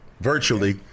virtually